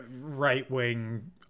right-wing